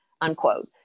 Unquote